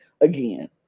again